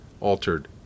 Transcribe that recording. altered